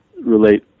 relate